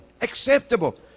acceptable